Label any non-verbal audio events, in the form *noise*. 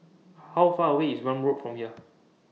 *noise* How Far away IS Welm Road from here